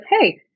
hey